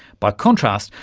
by contrast,